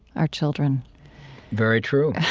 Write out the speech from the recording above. our children very true.